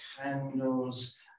candles